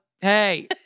Hey